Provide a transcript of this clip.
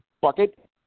bucket